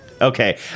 Okay